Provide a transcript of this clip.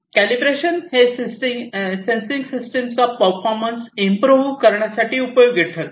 calibration हे sensing सिस्टीमचा performance improve करण्यासाठी उपयोगी ठरते